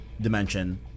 dimension